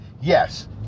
yes